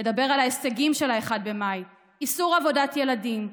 לדבר על ההישגים של 1 במאי: איסור עבודת ילדים,